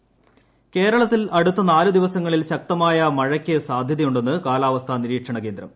മഴ കേരളത്തിൽ അടുത്ത നാലു ദിവസങ്ങളിൽ ശക്തമായ മഴയ്ക്ക് സാധ്യതയുണ്ടെന്ന് കാലാവസ്ഥാ നിരീക്ഷണ കേന്ദ്രം